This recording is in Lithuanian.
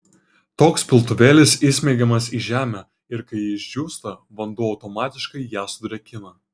toks piltuvėlis įsmeigiamas į žemę ir kai ji išdžiūsta vanduo automatiškai ją sudrėkina